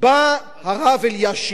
בא הרב אלישיב,